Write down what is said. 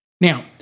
Now